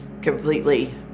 Completely